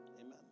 amen